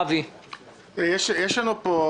יש לנו פה,